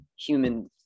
human